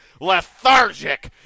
lethargic